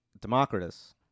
democritus